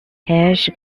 harsh